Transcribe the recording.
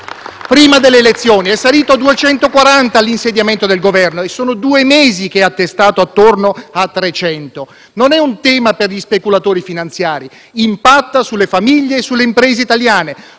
prima delle elezioni, è salito a 240 all'insediamento del Governo e da due mesi è attestato intorno a 300. Non è un tema per gli speculatori finanziari: impatta sulle famiglie e sulle imprese italiane.